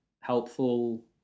helpful